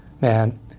man